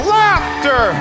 laughter